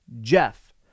Jeff